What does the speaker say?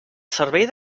cervell